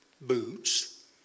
boots